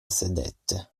sedette